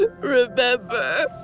Remember